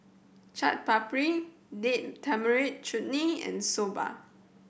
Chaat Papri Date Tamarind Chutney and Soba